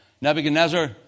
Nebuchadnezzar